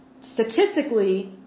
statistically